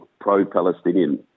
pro-Palestinian